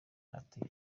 ati